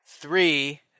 Three